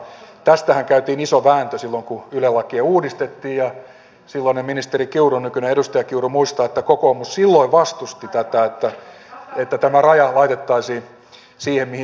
tästähän käytiin iso vääntö silloin kun yle lakia uudistettiin ja silloinen ministeri kiuru nykyinen edustaja kiuru muistaa että kokoomus silloin vastusti tätä että tämä raja laitettaisiin siihen mihin se nyt on tulossa